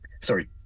Sorry